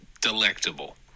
delectable